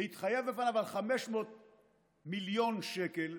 להתחייב בפניו על 500 מיליון שקל,